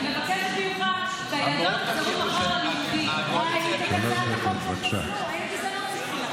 אני מבקשת ממך, בציונות הדתית לא גזענים,